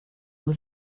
were